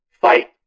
fight